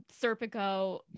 Serpico